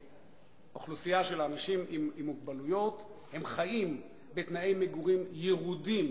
שהאוכלוסייה של אנשים עם מוגבלויות חיים בתנאי מגורים ירודים